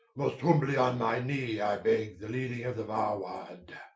most humbly on my knee i begge the leading of the vaward